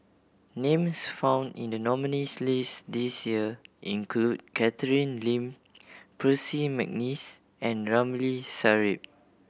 names found in the nominees' list this year include Catherine Lim Percy McNeice and Ramli Sarip